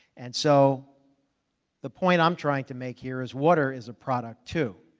and so the point i'm trying to make here is water is a product too.